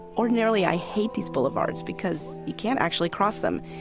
ordinarily, i hate these boulevards because you can't actually cross them.